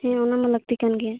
ᱦᱮᱸ ᱚᱱᱟ ᱢᱟ ᱞᱟᱹᱠᱛᱤ ᱠᱟᱱ ᱜᱮᱭᱟ